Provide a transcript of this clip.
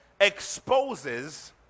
exposes